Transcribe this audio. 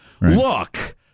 Look